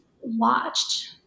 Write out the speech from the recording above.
watched